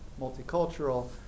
multicultural